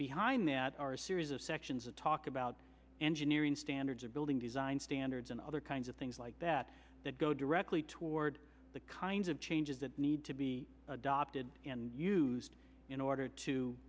behind that are a series of sections of talk about engineering standards of building design standards and other kinds of things like that that go directly toward the kinds of changes that need to be adopted and used in order to